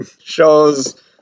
shows